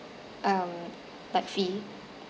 um like fee